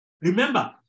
Remember